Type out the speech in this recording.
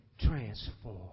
transform